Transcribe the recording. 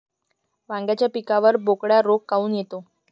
वांग्याच्या पिकावर बोकड्या रोग काऊन येतो?